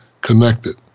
connected